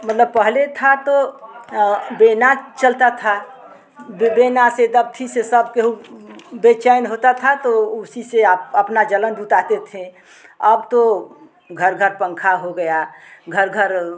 मतलब पहले था तो बेना चलता था बेना से दफ्ती से सब केहु बेचैन होता था तो उसी से आप अपना जलन बुझाते थे अब तो घर घर पंखा हो गया घर घर